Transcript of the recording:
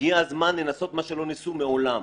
והגיע הזמן לנסות מה שלא ניסו מעולם.